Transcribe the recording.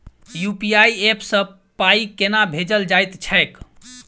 UPI app सँ पाई केना भेजल जाइत छैक?